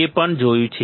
તે પણ જોયું છે